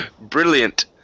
Brilliant